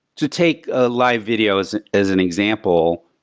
to take ah live videos as an example.